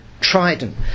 Trident